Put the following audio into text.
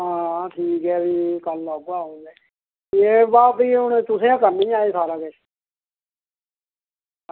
आं ठीक ऐ भी कल्ल औगा अंऊ ओह् भी तुसें करना ई अज्ज सारा किश